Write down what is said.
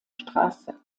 straße